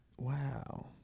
Wow